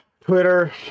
Twitter